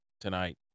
tonight